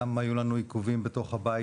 גם היו לנו עיכובים בתוך הבית,